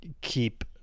keep